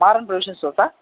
Maran browsing ஸ்டோக்கா